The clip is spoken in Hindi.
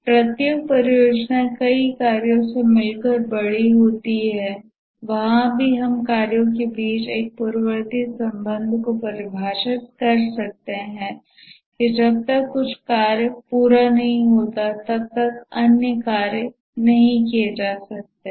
प्रत्येक परियोजना कई कार्यों से मिलकर बड़ी होती है वहाँ भी हम कार्यों के बीच एक पूर्ववर्ती संबंध को परिभाषित कर सकते हैं कि जब तक कुछ कार्य पूरा नहीं होता है तब तक अन्य कार्य नहीं किए जा सकते हैं